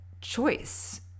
choice